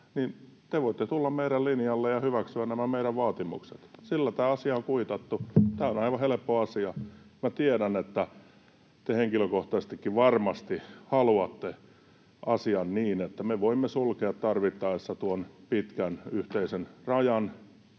niin te voitte tulla meidän linjallemme ja hyväksyä nämä meidän vaatimuksemme. Sillä tämä asia on kuitattu, tämä on aivan helppo asia. Tiedän, että te henkilökohtaisestikin varmasti haluatte asian niin, että me voimme sulkea tarvittaessa tuon pitkän yhteisen rajan